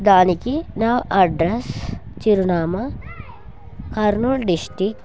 దానికి నా అడ్రస్ చిరునామా కర్నూలు డిస్టిక్త్